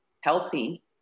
healthy